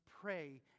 pray